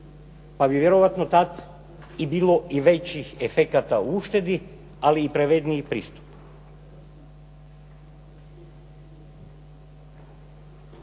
pa bi vjerojatno tad i bilo i većih efekata u uštedi, ali i pravedniji pristup.